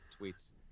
tweets